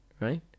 Right